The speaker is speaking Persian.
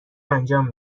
انجام